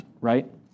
right